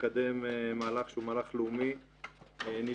לקדם מהלך שהוא מהלך לאומי נדרש.